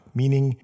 meaning